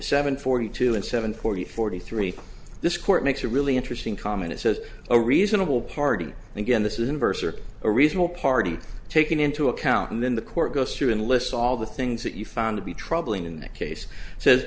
seven forty two and seven forty forty three this court makes a really interesting comment it says a reasonable party and again this is in verse or a reasonable party taking into account in the court goes through and lists all the things that you found to be troubling in that case says